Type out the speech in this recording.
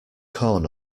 corn